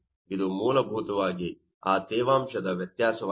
ಇದು ಮೂಲಭೂತವಾಗಿ ಆ ತೇವಾಂಶದ ವ್ಯತ್ಯಾಸವಾಗಿದೆ